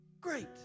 Great